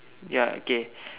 ya okay